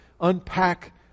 unpack